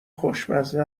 خوشمزه